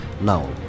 now